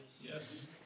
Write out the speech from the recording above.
Yes